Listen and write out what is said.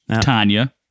Tanya